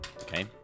Okay